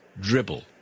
dribble